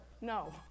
no